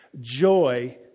joy